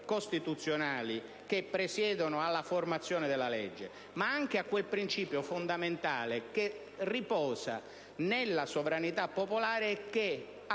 costituzionali che presiedono alla formazione della legge, ma anche di quel principio fondamentale che riposa nella sovranità popolare e che ha